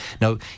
Now